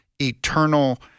eternal